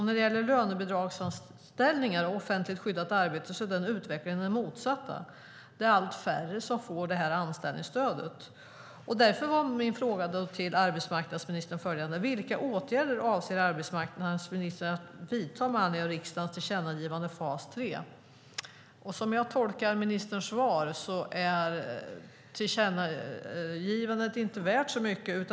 När det gäller lönebidragsanställningar och offentligt skyddat arbete är utvecklingen den motsatta, att det är allt färre som får detta anställningsstöd. Därför var min fråga till arbetsmarknadsministern följande: Vilka åtgärder avser arbetsmarknadsministern att vidta med anledning av riksdagens tillkännagivande angående fas 3? Som jag tolkar ministerns svar är tillkännagivandet inte värt så mycket.